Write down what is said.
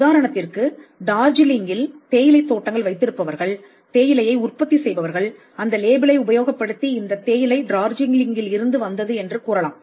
உதாரணத்திற்கு டார்ஜிலிங்கில் தேயிலைத் தோட்டங்கள் வைத்திருப்பவர்கள் தேயிலையை உற்பத்தி செய்பவர்கள் அந்த லேபிளை உபயோகப்படுத்தி இந்த தேயிலை டார்ஜிலிங்கில் இருந்து வந்தது என்று கூறலாம்